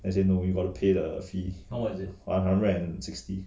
then say no you got to pay the fee one hundred and sixty